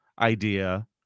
idea